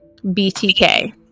BTK